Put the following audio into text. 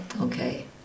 okay